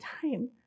time